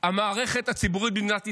המערכת הציבורית במדינת ישראל.